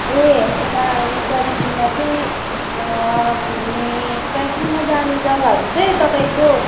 ए यता यो कालिम्पोङमा चाहिँ घुम्ने ट्रेकिङमा जाने जग्गाहरू चाहिँ तपाईँको